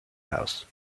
house